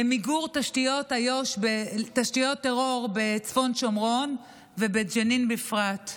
למיגור תשתיות טרור בצפון השומרון ובג'נין בפרט.